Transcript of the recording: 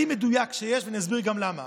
היא הכי מדויקת שיש, ואני אסביר גם למה.